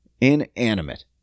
Inanimate